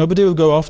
nobody will go